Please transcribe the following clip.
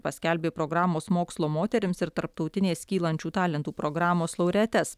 paskelbė programos mokslo moterims ir tarptautinės kylančių talentų programos laureates